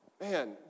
man